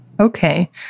Okay